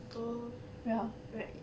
orh right